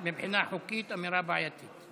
מבחינה חוקית, אמירה בעייתית.